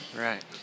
Right